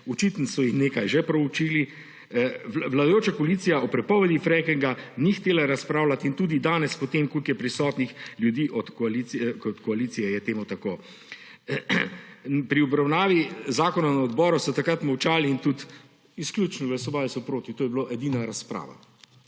Očitno so jih nekaj že proučili. Vladajoča koalicija o prepovedi frackinga ni hotela razpravljati in tudi danes po tem, koliko je prisotnih ljudi od koalicije, je temu tako. Pri obravnavi zakona na odboru so takrat molčali in tudi izključno glasovali so proti, to je bila edina razprava.